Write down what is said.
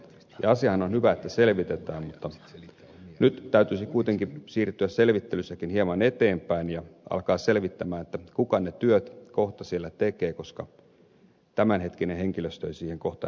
asiahan on hyvä että selvitetään mutta nyt täytyisi kuitenkin siirtyä selvittelyssäkin hieman eteenpäin ja alkaa selvittää kuka ne työt kohta siellä tekee koska tämänhetkinen henkilöstö ei siihen kohta enää kykene